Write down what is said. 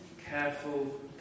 careful